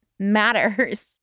matters